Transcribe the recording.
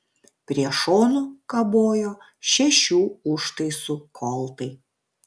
prie šonų kabojo šešių užtaisų koltai